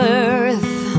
earth